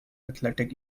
athletic